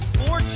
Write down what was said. four